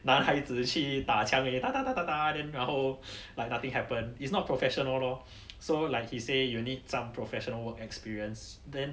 男孩子去打枪打打打打打 then 然后 like nothing happen it's not professional lor so like he say you need some professional work experience then